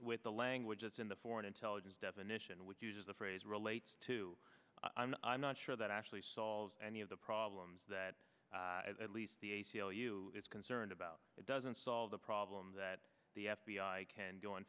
with the language it's in the foreign intelligence definition which uses the phrase relates to i'm i'm not sure that actually solves any of the problems that at least the a c l u is concerned about it doesn't solve the problem that the f b i can go